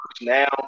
now